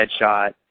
headshot